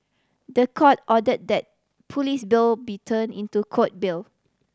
the Court order that police bail be turn into Court bail